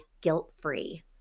guilt-free